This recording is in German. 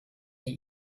die